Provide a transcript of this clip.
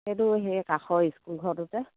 সেইটো সেই কাষৰ স্কুল ঘৰটোতে